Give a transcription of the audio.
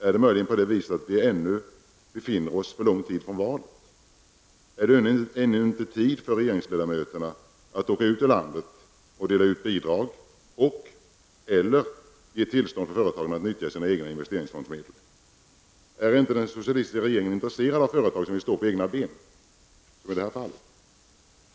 Är det möjligen på det viset att vi ännu befinner oss för lång tid från valet? Är det ännu inte tid för regeringsledamöterna att åka ut i landet och dela ut bidrag och/eller att ge tillstånd för företagen att nyttja sina egna investeringsfondsmedel? Är inte den socialistiska regeringen intresserad av företag som vill stå på egna ben, som i det här fallet?